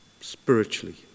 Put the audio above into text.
spiritually